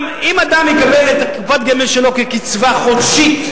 אם אדם מקבל את קופת הגמל שלו כקצבה חודשית,